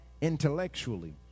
intellectually